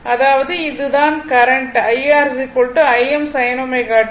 அதாவது இது தான் current IR Im sin ω t